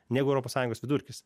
negu europos sąjungos vidurkis